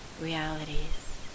realities